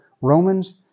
Romans